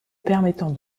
permettant